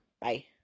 bye